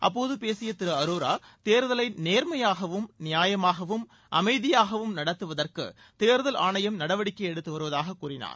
அப்போது பேசிய திரு அரோரா தேர்தலை நேர்மையாகவும் நியாயமாகவும் அமைதியாகவும் நடத்துவதற்கு தேர்தல் ஆணையம் நடவடிக்கை எடுத்து வருவதாகக் கூறினார்